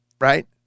right